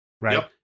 right